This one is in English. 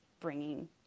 bringing